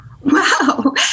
Wow